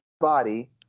body